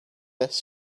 this